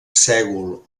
sègol